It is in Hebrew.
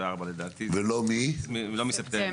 אני מציע